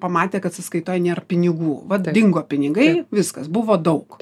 pamatė kad sąskaitoj nėr pinigų vat dingo pinigai viskas buvo daug